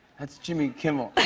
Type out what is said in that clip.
that's jimmy kimmel.